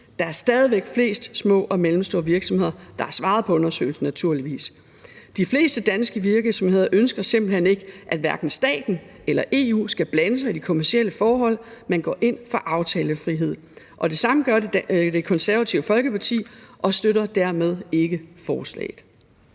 væk er flest små og mellemstore virksomheder, der har svaret på undersøgelsen – naturligvis. De fleste danske virksomheder ønsker simpelt hen ikke, at hverken staten eller EU skal blande sig i de kommercielle forhold. Man går ind for aftalefrihed. Det samme gør Det Konservative Folkeparti, og vi støtter dermed ikke forslaget.